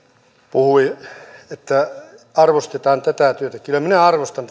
puhui että arvostetaan tätä työtä kyllä minä arvostan